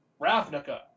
Ravnica